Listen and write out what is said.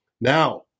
Now